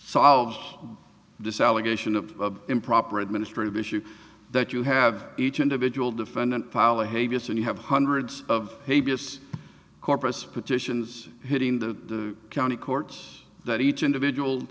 solve this allegation of improper administrative issue that you have each individual defendant power havior so you have hundreds of corpus petitions hitting the county courts that each individual